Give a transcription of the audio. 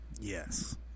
Yes